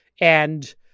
and-